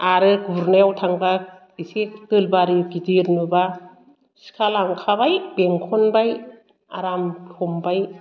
आरो गुरनायाव थांबा एसे दोलबारि गिदिर नुबा सिखा लांखाबाय बेंखनबाय आराम हमबाय